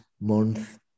month